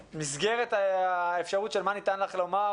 שבמסגרת האפשרות של מה שניתן לך לומר,